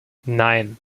nein